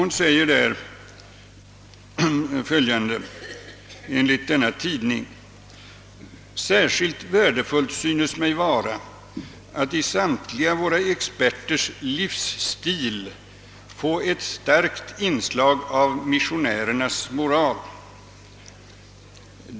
Hon säger enligt denna tidning följande: »Särskilt värdefullt synes mig vara att i samtliga våra experters livsstil få ett starkt inslag av missionärernas moral.